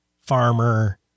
Farmer